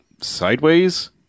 sideways